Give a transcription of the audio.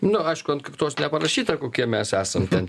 nu aišku ant kaktos neparašyta kokie mes esam ten